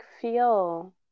feel